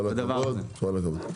כל הכבוד.